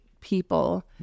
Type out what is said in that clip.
people